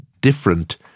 different